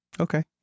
Okay